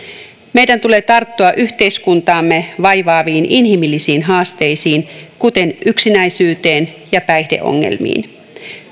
meidän tulee tarttua yhteiskuntaamme vaivaaviin inhimillisiin haasteisiin kuten yksinäisyyteen ja päihdeongelmiin